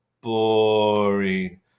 boring